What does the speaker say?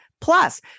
Plus